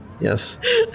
Yes